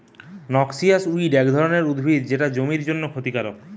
noxious weed এক ধরণের উদ্ভিদ যেটা জমির জন্যে ক্ষতিকারক